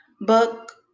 book